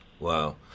Wow